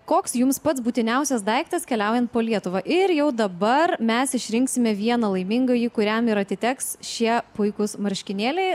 koks jums pats būtiniausias daiktas keliaujant po lietuvą ir jau dabar mes išrinksime vieną laimingąjį kuriam ir atiteks šie puikūs marškinėliai